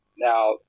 Now